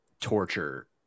torture